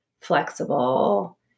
flexible